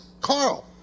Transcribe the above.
Carl